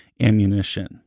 ammunition